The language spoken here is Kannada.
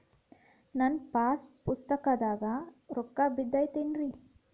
ನನ್ನ ಪಾಸ್ ಪುಸ್ತಕದಾಗ ರೊಕ್ಕ ಬಿದ್ದೈತೇನ್ರಿ?